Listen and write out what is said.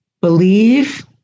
believe